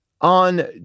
on